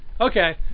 Okay